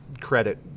credit